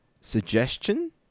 suggestion